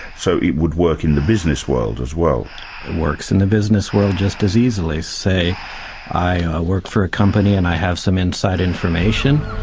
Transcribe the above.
so it would work in the business world as well. it works in the business world just as easily. say i work for a company and i have some inside information,